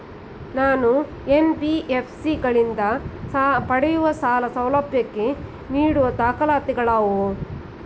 ನಾನು ಎನ್.ಬಿ.ಎಫ್.ಸಿ ಗಳಿಂದ ಪಡೆಯುವ ಸಾಲ ಸೌಲಭ್ಯಕ್ಕೆ ನೀಡುವ ದಾಖಲಾತಿಗಳಾವವು?